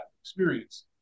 experience